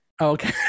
Okay